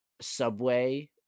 subway